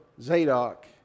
Zadok